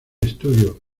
estudio